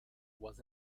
was